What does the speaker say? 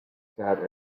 sat